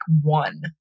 one